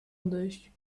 odejść